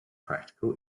practical